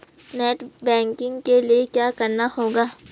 Net banking के लिए क्या करना होगा?